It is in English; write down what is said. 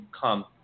come